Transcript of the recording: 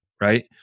right